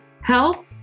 health